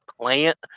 plant